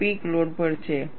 આ peak load પર છે